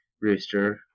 rooster